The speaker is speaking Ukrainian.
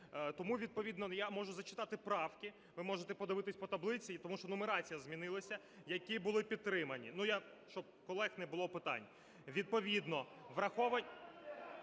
Тому відповідно я можу зачитати правки, ви можете подивитися по таблиці, тому що нумерація змінилася, які були підтримані. Ну, щоб у колег не було питань. Відповідно враховані…